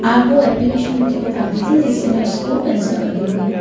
आप वो एप्लिकेशन मुझे बता दीजिए जिससे मैं उसको कैंसिल कर दूँगी